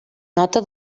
nota